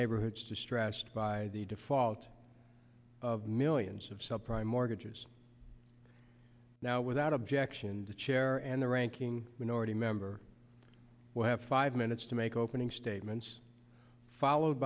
neighborhoods distressed by the default of millions of sub prime mortgages now without objection the chair and the ranking minority member will have five minutes to make opening statements followed